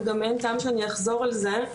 וגם אין טעם שאני אחזור על זה.